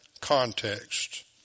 context